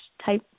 type